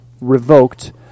revoked